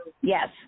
Yes